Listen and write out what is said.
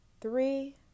Three